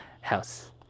house